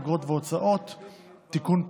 אגרות והוצאות (תיקון,